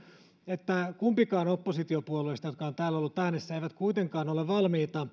että kumpikaan oppositiopuolueista jotka ovat täällä olleet äänessä ei kuitenkaan ole valmis